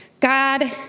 God